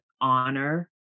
honor